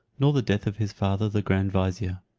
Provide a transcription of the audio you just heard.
nor the death of his father the grand vizier.